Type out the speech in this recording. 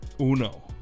Uno